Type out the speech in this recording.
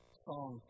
song